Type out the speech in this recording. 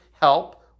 help